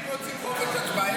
אם רוצים חופש הצבעה,